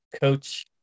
coach